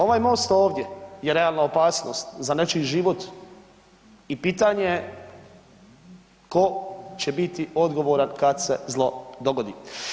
Ovaj most ovdje je realna opasnost za nečiji život i pitanje je tko će biti odgovoran kada se zlo dogodi.